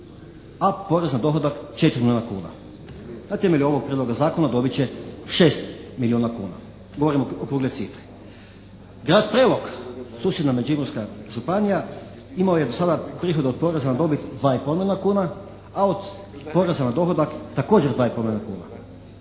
a porez na dohodak 4 milijuna kuna. Na temelju ovog prijedloga zakona dobit će 6 milijuna kuna. Govorim okrugle cifre. Grad Prelog susjedna Međimurska županija imao je do sada prihod od poreza na dobit 2,5 milijuna kuna a od poreza na dohodak također 2,5 milijuna kuna.